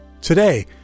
Today